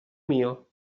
mio